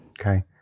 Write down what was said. Okay